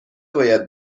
باید